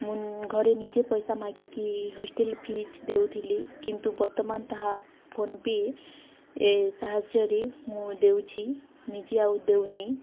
ମୁଁ ଘରେ ନିଜେ ପଇସା ମାଗିକି ହଷ୍ଟେଲ୍ ଫିଜ୍ ଦେଉଥିଲି କିନ୍ତୁ ବର୍ତ୍ତମାନ ତାହା ଫୋନ୍ପେ ସାହାଯ୍ୟରେ ମୁଁ ଦେଉଛି ନିଜେ ଆଉ ଦେଉନି